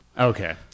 Okay